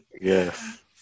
Yes